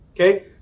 Okay